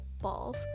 balls